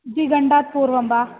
द्विघण्टात् पूर्वं वा